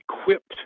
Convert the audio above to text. equipped